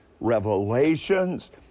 revelations